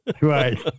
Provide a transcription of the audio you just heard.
Right